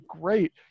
great